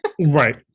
Right